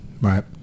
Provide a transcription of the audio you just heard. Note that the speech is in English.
right